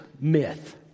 myth